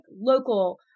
local